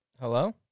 Hello